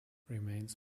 remains